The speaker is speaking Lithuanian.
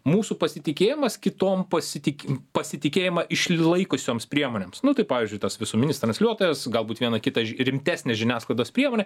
mūsų pasitikėjimas kitom pasitiki pasitikėjimą išlaikiusioms priemonėms nu tai pavyzdžiui tas visuominis transliuotojas galbūt viena kita rimtesnė žiniasklaidos priemonė